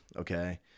okay